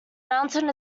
mountain